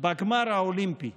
בגמר האולימפי.